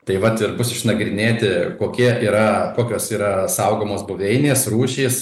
taip vat ir bus išnagrinėti kokie yra kokios yra saugomos buveinės rūšys